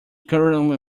currently